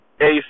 Ace